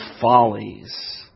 follies